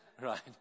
right